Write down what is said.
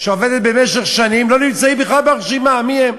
שעובדת במשך שנים, לא נמצאים בכלל ברשימה, מי הם.